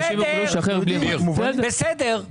בסדר.